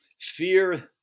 fear